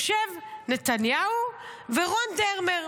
יושבים נתניהו ורון דרמר.